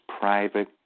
private